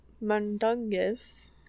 Mundungus